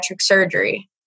surgery